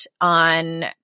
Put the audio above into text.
on